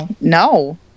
No